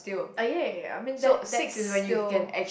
ah ya ya ya I mean that that's still